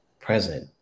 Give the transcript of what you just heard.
present